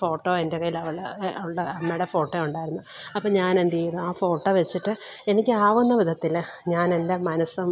photo എൻ്റെ കയ്യിലാണ് ഉള്ളത് അവളുടെ അമ്മയുടെ ഫോട്ടോ ഉണ്ടായിരുന്നു അപ്പോൾ ഞാൻ എന്തു ചെയ്തു ആ ഫോട്ടോ വെച്ചിട്ട് എനിക്ക് ആകുന്ന വിധത്തിൽ ഞാൻ എൻ്റെ മനസ്സും